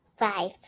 Five